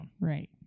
Right